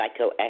psychoactive